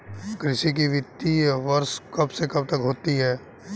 कृषि का वित्तीय वर्ष कब से कब तक होता है?